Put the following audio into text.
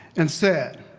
and said,